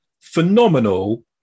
phenomenal